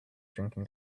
drinking